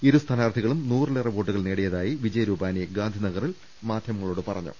ഇരു സ്ഥാനാർത്ഥികളും നൂറിലേറെ വോട്ടുകൾ നേടിയതായി വിജയ് രൂപാനി ഗാന്ധിനഗറിൽ മാധ്യമങ്ങളോട് പറഞ്ഞു